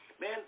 Man